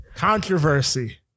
Controversy